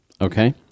Okay